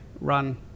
run